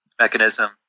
mechanism